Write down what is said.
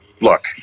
look